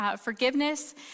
forgiveness